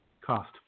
cost